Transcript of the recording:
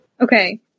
Okay